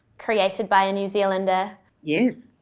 created by a new zealander yes,